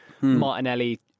Martinelli